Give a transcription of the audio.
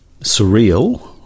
surreal